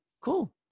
cool